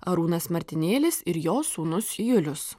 arūnas martinėlis ir jo sūnus julius